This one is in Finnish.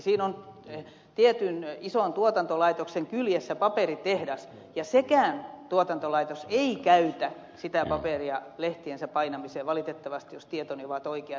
siinä on tietyn ison tuotantolaitoksen kyljessä paperitehdas ja sekään tuotantolaitos ei käytä sitä paperia lehtiensä painamiseen valitettavasti jos tietoni ovat oikeat